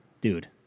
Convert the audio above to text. dude